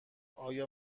آیا